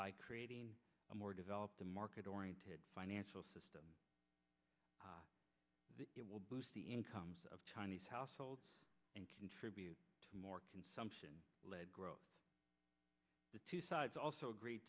r a more developed a market oriented financial system it will boost the incomes of chinese households and contribute to more consumption led growth the two sides also agree